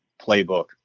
playbook